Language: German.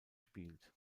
spielt